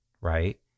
right